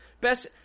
Best